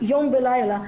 יום ולילה.